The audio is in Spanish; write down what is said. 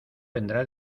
vendrá